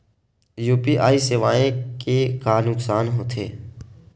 UPI सेवाएं के का नुकसान हो थे?